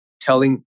telling